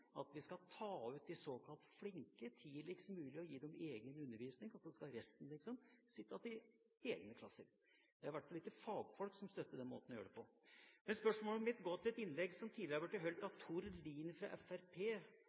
at vi skal ta ut de såkalt flinke tidligst mulig og gi dem egen undervisning, og så skal resten sitte igjen i egne klasser. Det er i hvert fall ikke fagfolk som støtter den måten å gjøre det på. Men spørsmålet mitt går til et innlegg som tidligere har vært holdt av Tord Lien fra